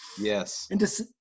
Yes